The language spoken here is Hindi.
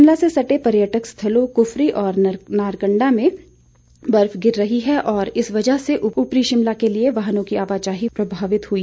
शिमला से सटे पर्यटक स्थलों कुफरी और नारकंडा में भी बर्फ गिर रही है और इस वजह से उपरी शिमला के लिए वाहनों की आवाजाही प्रभावित हुई है